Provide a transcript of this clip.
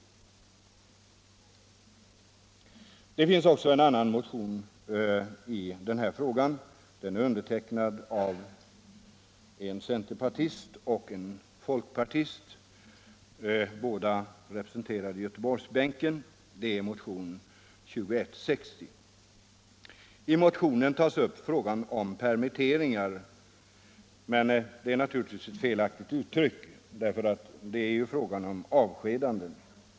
Det finns också en annan motion i den här frågan, nr 2160. Den är undertecknad av en centerpartist och en folkpartist, båda från Göteborgsbänken. I den motionen tas frågan om permitteringarna upp — men det är naturligtvis ett felaktigt uttryck, för det är ju avskedanden det gäller.